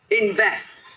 Invest